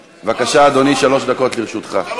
בבקשה, אדוני, שלוש דקות לרשותך.